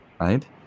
Right